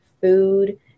food